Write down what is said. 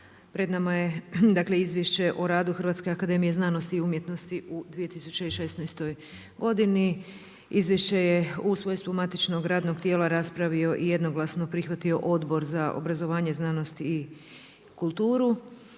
pred nama je izvješće o radu Hrvatske akademije znanosti i umjetnosti u 2016. godini. Izvješće je u svojem stu matičnog radnog tijela raspravio i jednoglasno prihvatio Odbor za obrazovanje, znanost i kulturu.